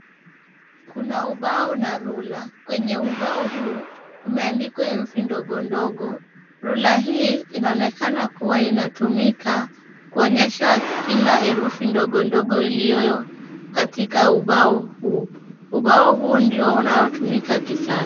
Kuna ubao na rula. Kwenye ubao huu, umeandikwa herufi ndogo ndogo. Rula hii inaonekana kuwa inatumika kuonyesha kila herufi ndogo ndogo iliyoyo katika ubao huu. Ubao huu ndio unaotumika kisasa.